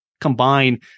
combine